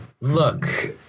look